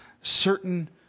certain